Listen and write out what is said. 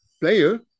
player